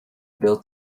built